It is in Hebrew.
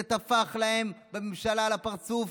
זה טפח לממשלה על הפרצוף.